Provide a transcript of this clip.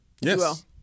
Yes